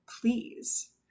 please